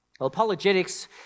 apologetics